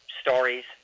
stories